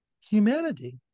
humanity